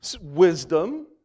wisdom